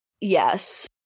Yes